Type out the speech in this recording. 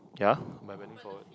ya by bending forward